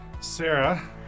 Sarah